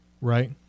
Right